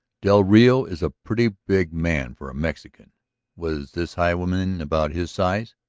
del rio is a pretty big man for a mexican was this highwayman about his size?